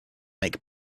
make